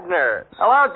Hello